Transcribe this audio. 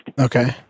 Okay